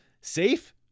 Safe